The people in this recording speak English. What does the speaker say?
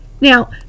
Now